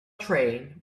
train